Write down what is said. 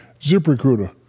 ZipRecruiter